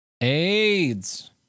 AIDS